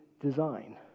design